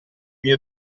mio